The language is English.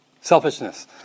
Selfishness